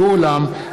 ואולם,